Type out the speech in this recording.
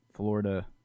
Florida